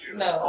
no